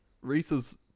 Reese's